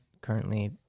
currently